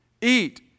Eat